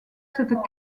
cette